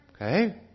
Okay